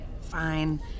Fine